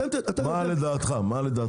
מה לדעתך.